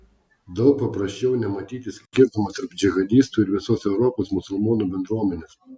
daug paprasčiau nematyti skirtumo tarp džihadistų ir visos europos musulmonų bendruomenės